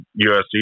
USC